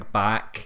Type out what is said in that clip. back